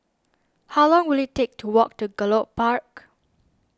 how long will it take to walk to Gallop Park